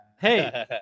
Hey